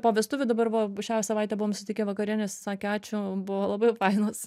po vestuvių dabar va šią savaitę buvom sutikę vakarienės sakė ačiū buvo labai fainos